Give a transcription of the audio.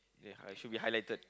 ya I should be highlighted